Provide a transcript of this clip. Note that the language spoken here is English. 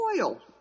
oil